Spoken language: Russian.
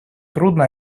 трудно